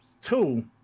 Two